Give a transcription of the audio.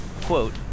quote